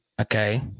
Okay